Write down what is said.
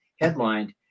Headlined